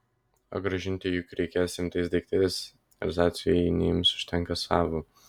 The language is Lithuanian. o grąžinti juk reikės rimtais daiktais erzacų jie neims užtenka savų